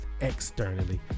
externally